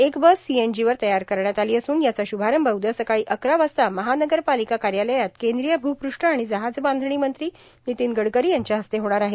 एक बस सीएनजीवर तयार करण्यात आली असून याचा शुभारंभ उद्या सकाळी अकरा वाजता मनपाच्या कार्यालयात केंद्रीय भूपृष्ठ आणि जहाजबांधणी मंत्री नितीन गडकरी यांच्या हस्ते होणाऱ आहे